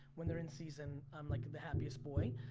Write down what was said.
when they're in season, i'm like the happiest boy.